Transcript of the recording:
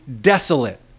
desolate